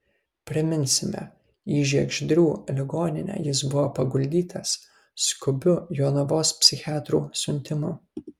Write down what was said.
priminsime į žiegždrių ligoninę jis buvo paguldytas skubiu jonavos psichiatrų siuntimu